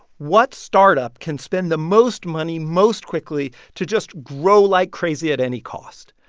what startup can spend the most money most quickly to just grow like crazy at any cost?